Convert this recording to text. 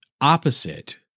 opposite